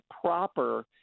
proper